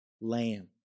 lamb